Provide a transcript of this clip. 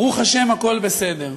ברוך השם, הכול בסדר.